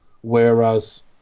whereas